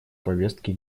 повестки